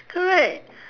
correct